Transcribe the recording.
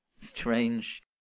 Strange